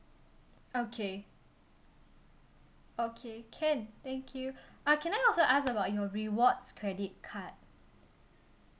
okay okay can thank you uh can I also ask about your rewards credit card